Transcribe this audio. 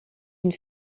une